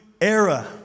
era